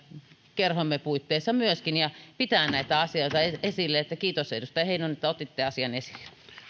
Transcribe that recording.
kerhomme puitteissa myöskin ja pitää näitä asioita esillä niin että kiitos edustaja heinonen että otitte asian esille